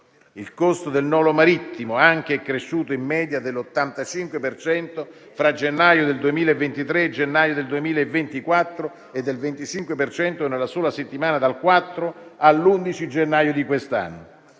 Il costo del nolo marittimo è cresciuto in media dell'85 per cento fra gennaio del 2023 e gennaio 2024 e del 25 per cento nella sola settimana dal 4 all'11 gennaio di quest'anno.